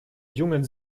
jungen